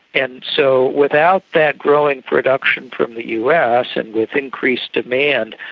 and so without that growing production from the us and with increased demand,